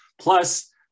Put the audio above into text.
Plus